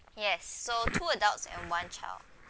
yes so two adults and one child